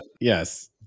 yes